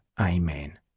Amen